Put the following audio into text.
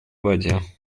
воде